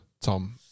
Tom